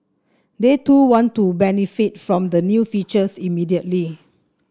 they too want to benefit from the new features immediately